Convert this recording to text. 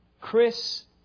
Chris